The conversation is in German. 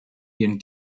ihren